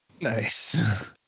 Nice